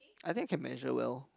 I think I can measure well